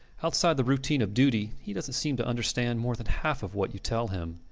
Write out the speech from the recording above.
outside the routine of duty he doesnt seem to understand more than half of what you tell him.